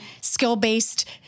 skill-based